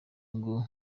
ngo